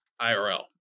IRL